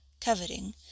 coveting